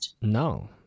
No